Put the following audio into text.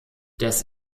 das